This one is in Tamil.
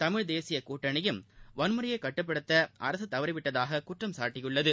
தமிழ் தேசிய கூட்டணியும் வன்முறையைக் கட்டுப்படுத்த அரசு தவறி விட்டதாக குற்றம் சாட்டியுள்ளது